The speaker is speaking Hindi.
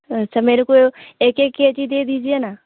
अच्छा मेरे को एक एक के जी दे दीजिये न